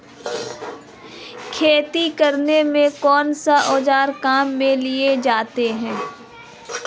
खेती करने में कौनसे औज़ार काम में लिए जाते हैं?